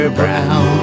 brown